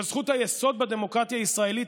אבל זכות היסוד בדמוקרטיה הישראלית,